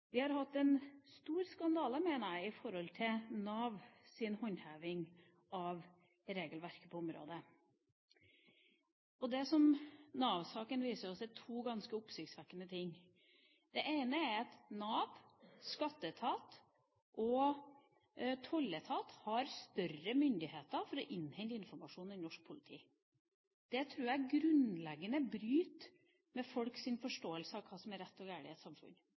Vi har hatt en stor skandale, mener jeg, knyttet til Navs håndheving av regelverket på området. Det som Nav-saken viser oss, er to ganske oppsiktsvekkende ting. Den ene er at Nav, skatteetat og tolletat har større myndighet til å innhente informasjon enn norsk politi. Det tror jeg bryter grunnleggende med folks forståelse av hva som er rett og galt i et samfunn.